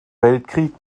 weltkrieg